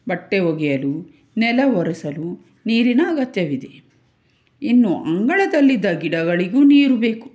ಬಟ್ಟೆ ಒಗೆಯಲು ನೆಲ ಒರೆಸಲು ನೀರಿನ ಅಗತ್ಯವಿದೆ ಇನ್ನು ಅಂಗಳದಲ್ಲಿದ್ದ ಗಿಡಗಳಿಗೂ ನೀರು ಬೇಕು